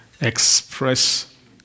express